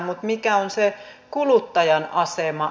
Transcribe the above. mutta mikä on se kuluttajan asema